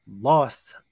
lost –